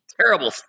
terrible